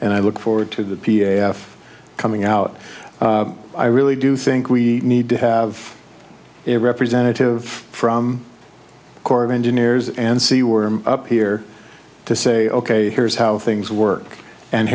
and i look forward to the p f coming out i really do think we need to have a representative from corps of engineers and see we're up here to say ok here's how things work and